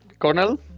Cornel